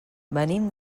venim